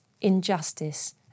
injustice